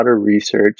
research